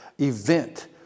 event